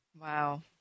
Wow